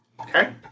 Okay